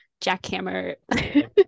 jackhammer